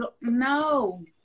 no